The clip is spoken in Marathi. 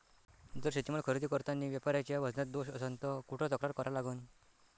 जर शेतीमाल खरेदी करतांनी व्यापाऱ्याच्या वजनात दोष असन त कुठ तक्रार करा लागन?